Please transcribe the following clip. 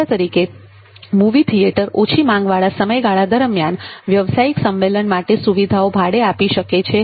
દાખલા તરીકે movie theatre ઓછી માંગવાળા સમયગાળા દરમિયાન વ્યવસાયિક સંમેલન માટે સુવિધાઓ ભાડે આપી શકે છે